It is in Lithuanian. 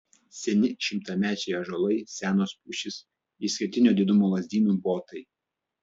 seni šimtamečiai ąžuolai senos pušys išskirtinio didumo lazdynų botai